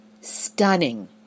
Stunning